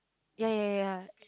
ya ya ya ya